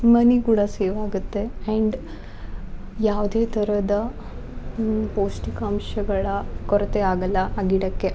ಮನೆ ಕೂಡ ಸೇವ್ ಆಗುತ್ತೆ ಆ್ಯಂಡ್ ಯಾವುದೇ ಥರದ ಪೌಷ್ಠಿಕಾಂಶಗಳ ಕೊರತೆ ಆಗಲ್ಲ ಆ ಗಿಡಕ್ಕೆ